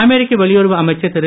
அமெரிக்க வெளியுறவு அமைச்சர் திரு